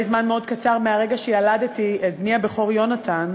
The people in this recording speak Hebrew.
זמן מאוד קצר אחרי הרגע שילדתי את בני הבכור יונתן,